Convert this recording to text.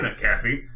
Cassie